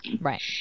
right